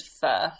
first